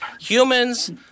humans